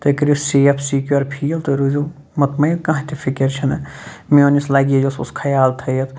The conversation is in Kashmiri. تُہۍ کٔرِو سیف سِکیوٗر فیٖل تُہۍ روٗزِو مطمعین کانٛہہ تہِ فِکِر چھَنہٕ میون یُس لَگیج اوس سُہ اوس خیال تھٲیِتھ